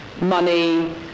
money